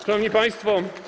Szanowni Państwo!